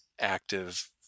active